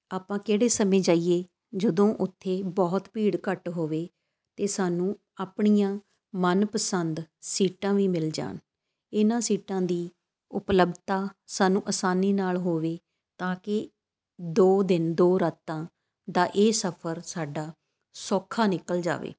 ਆਪਾਂ ਕਿਹੜੇ ਸਮੇਂ ਜਾਈਏ ਜਦੋਂ ਉੱਥੇ ਬਹੁਤ ਭੀੜ ਘੱਟ ਹੋਵੇ ਅਤੇ ਸਾਨੂੰ ਆਪਣੀਆਂ ਮਨ ਪਸੰਦ ਸੀਟਾਂ ਵੀ ਮਿਲ ਜਾਣ ਇਹਨਾਂ ਸੀਟਾਂ ਦੀ ਉਪਲੱਬਧਤਾ ਸਾਨੂੰ ਆਸਾਨੀ ਨਾਲ ਹੋਵੇ ਤਾਂ ਕਿ ਦੋ ਦਿਨ ਦੋ ਰਾਤਾਂ ਦਾ ਇਹ ਸਫ਼ਰ ਸਾਡਾ ਸੌਖਾ ਨਿਕਲ ਜਾਵੇ